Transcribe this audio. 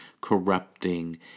corrupting